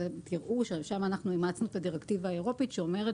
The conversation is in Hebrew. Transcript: תראו ששם אימצנו את הדרקטיבה האירופית שאומרת